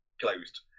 closed